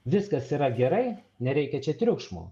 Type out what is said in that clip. viskas yra gerai nereikia čia triukšmo